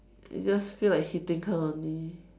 you just feel like hitting her only